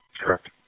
Correct